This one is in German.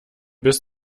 bis